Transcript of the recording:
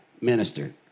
minister